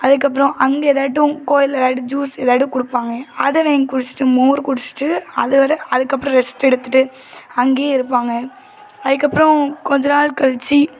அதுக்கப்புறம் அங்கே எதாட்டும் கோவிலில் எதாடு ஜூஸு எதாடு கொடுப்பாங்க அதை வாங்கி குடிச்சுவிட்டு மோர் குடிச்சுவிட்டு அதோட அதுக்கப்புறம் ரெஸ்ட்டு எடுத்துவிட்டு அங்கேயே இருப்பாங்க அதுக்கப்புறம் கொஞ்ச நாள் கழிச்சி